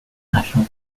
national